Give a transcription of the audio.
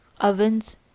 ovens